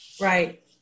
right